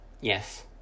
Yes